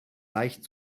leicht